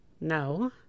No